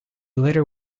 later